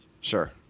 Sure